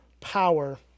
power